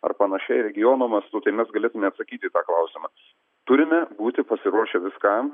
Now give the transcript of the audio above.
ar panašiai regiono mastu tai mes galėtume atsakyti į tą klausimą turime būti pasiruošę viskam